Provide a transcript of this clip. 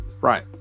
right